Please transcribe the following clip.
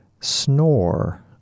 snore